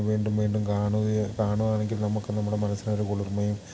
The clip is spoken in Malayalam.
വീണ്ടും വീണ്ടും കാണുകയും കാണുകയാണെങ്കിൽ നമുക്ക് നമ്മുടെ മനസ്സിനൊരു കുളിർമയും